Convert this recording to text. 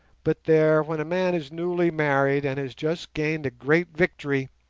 but there, when a man is newly married and has just gained a great victory,